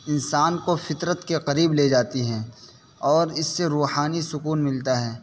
انسان کو فطرت کے قریب لے جاتی ہیں اور اس سے روحانی سکون ملتا ہے